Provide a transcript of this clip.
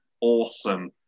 awesome